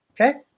okay